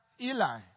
Eli